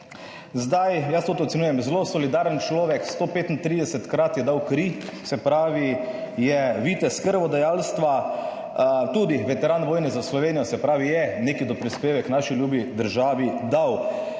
Jaz to ocenjujem, zelo solidaren človek, 135 je dal kri, se pravi, je vitez krvodajalstva, tudi veteran vojne za Slovenijo. Se pravi, je nek doprispevek k naši ljubi državi dal.